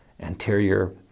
anterior